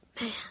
Man